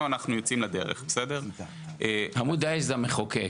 אנחנו יוצאים לדרך --- עמוד האש זה המחוקק.